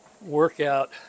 workout